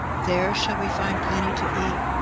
there shall we find plenty to eat,